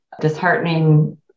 disheartening